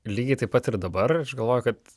lygiai taip pat ir dabar aš galvoju kad